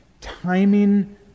timing